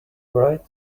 right